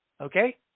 Okay